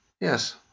Yes